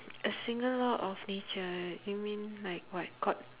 a single law of nature you mean like what god